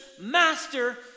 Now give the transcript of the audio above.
Master